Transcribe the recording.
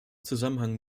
zusammenhang